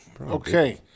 Okay